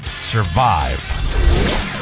survive